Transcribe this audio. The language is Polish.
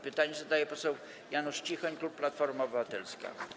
Pytanie zadaje poseł Janusz Cichoń, klub Platforma Obywatelska.